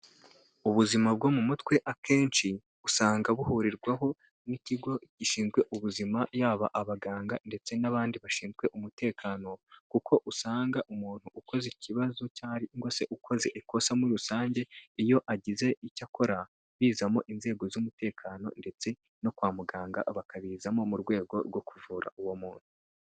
Ubuzima bwo mu mutwe akenshi usanga buhurirwaho n'ikigo gishinzwe ubuzima yaba abaganga ndetse n'abandi bashinzwe umutekano, kuko usanga umuntu ukoze ikibazo cyangwa se ukoze ikosa muri rusange, iyo agize icyo akora bizamo inzego z'umutekano ndetse no kwa muganga bakabizamo mu rwego rwo kuvura uwo muntu.